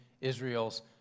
Israel's